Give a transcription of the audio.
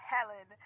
Helen